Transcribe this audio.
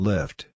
Lift